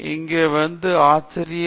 இங்கே வந்தது ஆச்சரியம்